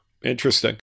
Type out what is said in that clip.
Interesting